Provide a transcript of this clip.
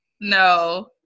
no